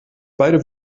beide